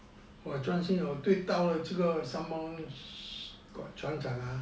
我专心了我对到这个船长啊